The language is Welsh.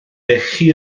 lechi